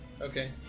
Okay